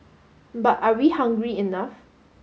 but are we hungry enough